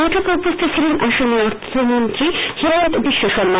বৈঠকে উপস্থিত ছিলেন আসামের অর্থ মন্ত্রী হিমন্ত বিশ্বশর্মা